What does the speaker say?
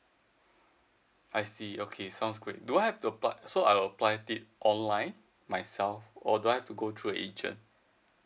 I see okay sounds great do I have to apply so I will apply tip online myself or do I have to go through a agent